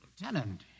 Lieutenant